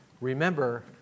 remember